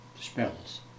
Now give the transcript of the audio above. spells